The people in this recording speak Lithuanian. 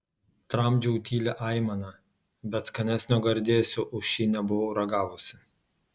tramdžiau tylią aimaną bet skanesnio gardėsio už šį nebuvau ragavusi